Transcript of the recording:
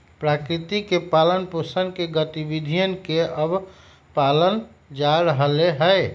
प्रकृति के पालन पोसन के गतिविधियन के अब पाल्ल जा रहले है